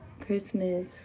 Christmas